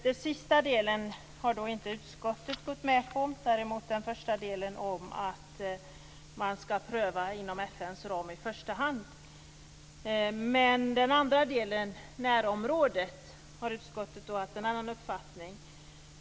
Det sista kravet har utskottet inte gått med på, men däremot det första, dvs. att sanktioner i första hand skall prövas inom FN:s ram. Då det gäller åtgärder i närområdet har utskottet en annan uppfattning än vi.